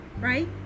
right